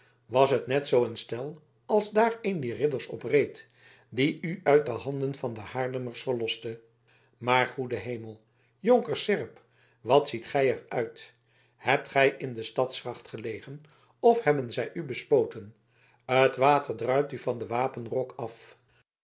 was het net zoo een stel als daar een dier ridders op reed die u uit de handen van de haarlemmers verloste maar goede hemel jonker seerp wat ziet gij er uit hebt gij in de stadsgracht gelegen of hebben zij u bespoten het water druipt u van den wapenrok af